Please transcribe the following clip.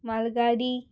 म्हालगाडी